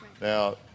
Now